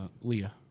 Leah